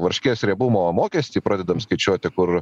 varškės riebumo mokestį pradedam skaičiuoti kur